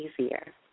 easier